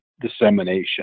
dissemination